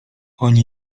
oni